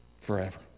forever